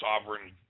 sovereign